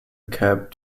cab